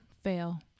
Fail